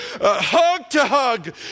hug-to-hug